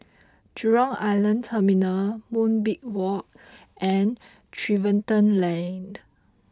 Jurong Island Terminal Moonbeam Walk and Tiverton Lane